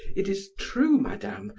it is true, madame,